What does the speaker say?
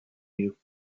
you